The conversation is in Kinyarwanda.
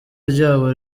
ryabo